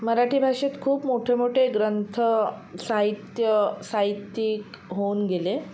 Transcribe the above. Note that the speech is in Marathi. मराठी भाषेत खूप मोठे मोठे ग्रंथ साहित्य साहित्यिक होऊन गेले